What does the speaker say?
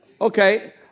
Okay